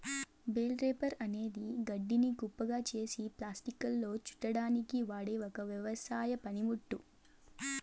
bale wrapper అనేది గడ్డిని కుప్పగా చేసి ప్లాస్టిక్లో చుట్టడానికి వాడె ఒక వ్యవసాయ పనిముట్టు